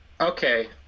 Okay